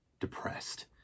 depressed